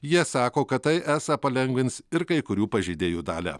jie sako kad tai esą palengvins ir kai kurių pažeidėjų dalią